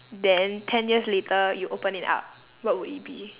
then ten years later you open it up what would it be